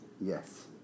Yes